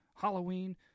Halloween